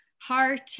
heart